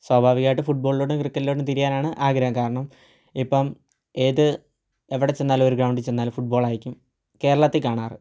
സ്വാഭാവികമായിട്ടും ഫുട്ബോളിലോട്ടും ക്രിക്കറ്റിലോട്ടും തിരിയാനാണ് ആഗ്രഹം കാരണം ഇപ്പം ഏത് എവിടെച്ചെന്നാലും ഒരു ഗ്രൗൻഡിൽ ചെന്നാലും ഫുട്ബോളായിരിക്കും കേരളത്തിൽ കാണാറ്